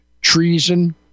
treason